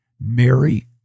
Mary